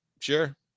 sure